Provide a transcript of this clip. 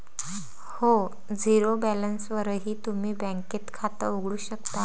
हो, झिरो बॅलन्सवरही तुम्ही बँकेत खातं उघडू शकता